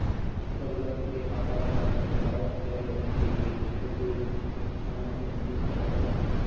उपज वक्र के आकार, ढलान में बदलाव, ब्याज दरों के लिए निवेशकों की अपेक्षाओं से संबंधित माना जाता है